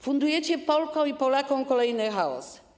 Fundujecie Polkom i Polakom kolejny chaos.